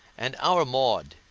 and our maud,